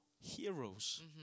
heroes